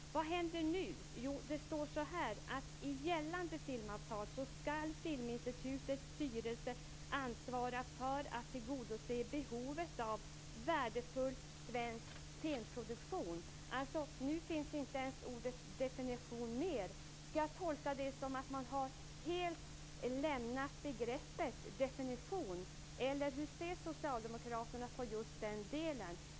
Vad händer nu? Jo, det står så här: I gällande filmavtal ska Filminstitutets styrelse ansvara för att tillgodose behoven av värdefull svensk filmproduktion. Nu finns alltså inte ens ordet definition med. Ska jag tolka det så att man har helt lämnat begreppet definition? Eller hur ser socialdemokraterna på just den delen?